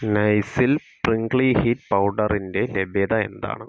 നൈസിൽ prickly heat പൗഡറിന്റെ ലഭ്യത എന്താണ്